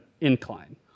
incline